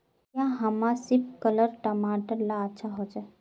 क्याँ हमार सिपकलर टमाटर ला अच्छा होछै?